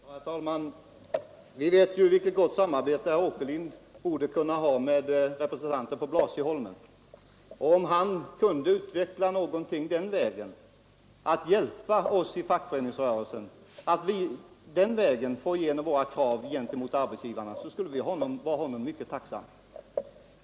Herr talman! Vi vet ju vilket gott samarbete herr Åkerlind borde kunna ha med representanter på Blasieholmen, Om han kunde utveckla någonting den vägen och på så sätt hjälpa oss inom fackföreningsrörelsen att få igenom våra krav gentemot arbetsgivarna, så skulle vi vara honom mycket tacksamma.